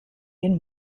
den